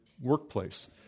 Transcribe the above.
workplace